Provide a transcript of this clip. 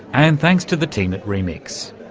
and thanks to the team at remix.